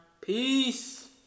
Peace